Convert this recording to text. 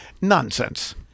Nonsense